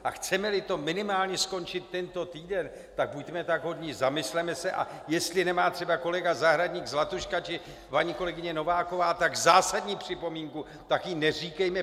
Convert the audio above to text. A chcemeli to minimálně skončit tento týden, tak buďme tak hodní a zamysleme se, a jestli nemá třeba kolega Zahradník, Zlatuška či paní kolegyně Nováková tak zásadní připomínku, tak ji neříkejme.